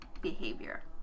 behavior